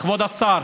כבוד השר,